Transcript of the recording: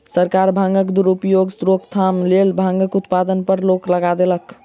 सरकार भांगक दुरुपयोगक रोकथामक लेल भांगक उत्पादन पर रोक लगा देलक